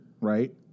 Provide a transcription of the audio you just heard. right